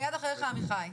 מייד אחריך עמיחי.